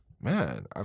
Man